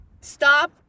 stop